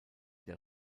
der